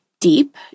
deep